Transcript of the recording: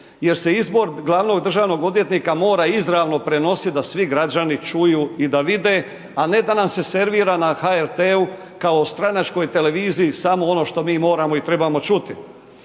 jer se izbor glavnog državnog odvjetnika mora izravno prenositi da svi građani čuju i da vide, a ne da nam se servira na HRT-u kao stranačkoj televiziji samo ono što mi moramo i trebamo čuti.